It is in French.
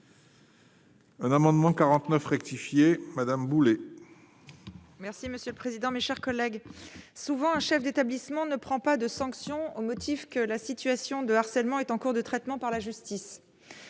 Un amendement 49 rectifié madame Boulet. Merci monsieur le président, mes chers collègues, souvent un chef d'établissement ne prend pas de sanctions au motif que la situation de harcèlement est en cours de traitement par la justice,